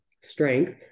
strength